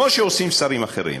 כמו שעושים שרים אחרים.